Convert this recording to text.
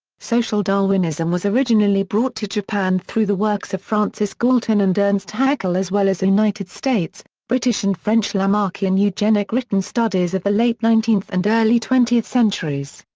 social darwinism was originally brought to japan through the works of francis galton and ernst haeckel as well as united states, british and french lamarkian eugenic written studies of the late nineteenth and early twentieth centuries.